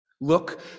Look